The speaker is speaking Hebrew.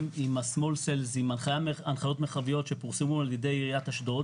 עם הנחיות מרחביות שפורסמו על ידי עיריית אשדוד,